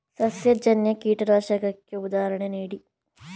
ಸಸ್ಯಜನ್ಯ ಕೀಟನಾಶಕಕ್ಕೆ ಉದಾಹರಣೆ ನೀಡಿ?